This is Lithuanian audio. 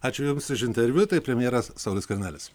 ačiū jums už interviu tai premjeras saulius skvernelis